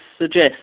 suggest